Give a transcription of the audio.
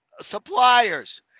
suppliers